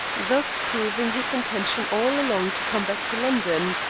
thus proving his intention all along to come back to london.